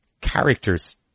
characters